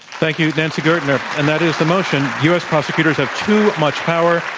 thank you, nancy gertner. and that is the motion, u. s. prosecutors have too much power.